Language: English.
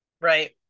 Right